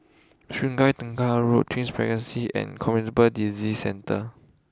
Sungei Tengah Road Twin Regency and Communicable Disease Centre